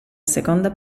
seconda